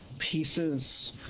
pieces